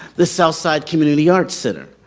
the south side community arts center.